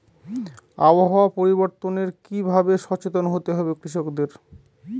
আবহাওয়া পরিবর্তনের কি ভাবে সচেতন হতে হবে কৃষকদের?